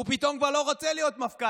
הוא פתאום כבר לא רוצה להיות מפכ"ל-על,